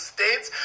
States